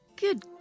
Good